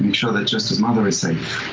and sure that jester's mother is safe.